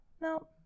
no